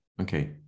Okay